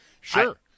Sure